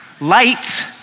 Light